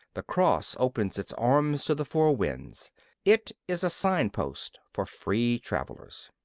the cross opens its arms to the four winds it is a signpost for free travellers.